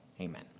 amen